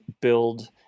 build